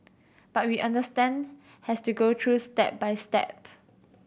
but we understand has to go through step by step